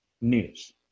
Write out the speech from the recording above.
news